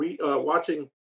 watching